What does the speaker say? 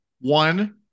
one